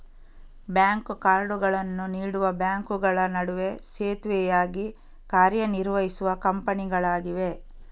bank ಕಾರ್ಡುಗಳನ್ನು ನೀಡುವ ಬ್ಯಾಂಕುಗಳ ನಡುವೆ ಸೇತುವೆಯಾಗಿ ಕಾರ್ಯ ನಿರ್ವಹಿಸುವ ಕಂಪನಿಗಳಾಗಿವೆ